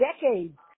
decades